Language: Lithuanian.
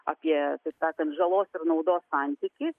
apie taip sakant žalos ir naudos santykį